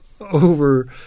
over